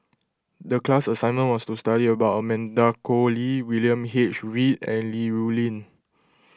the class assignment was to study about Amanda Koe Lee William H Read and Li Rulin